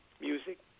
music